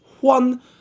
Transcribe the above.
one